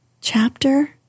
Chapter